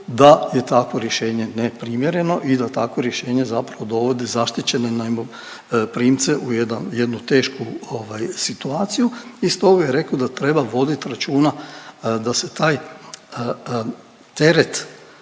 da je takvo rješenje neprimjereno i da takvo rješenje zapravo dovodi zaštićene najmoprimce u jednu tešku situaciju i stoga je rekao da treba voditi računa da se taj teret